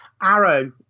Arrow